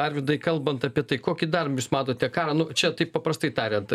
arvydai kalbant apie tai kokį dar jūs matote karą nu čia taip paprastai tariant